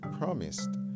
promised